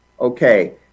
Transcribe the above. Okay